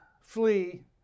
flee